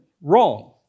wrong